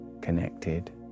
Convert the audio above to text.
connected